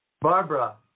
Barbara